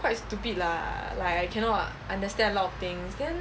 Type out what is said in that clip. quite stupid lah like I cannot understand a lot of things then